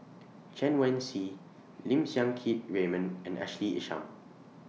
Chen Wen Hsi Lim Siang Keat Raymond and Ashley Isham